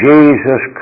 Jesus